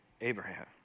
Abraham